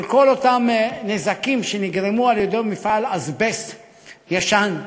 של כל אותם נזקים שנגרמו על-ידי מפעל אזבסט ישן,